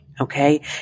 Okay